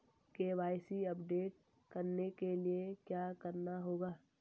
KYC update करने के लिए क्या करना होगा?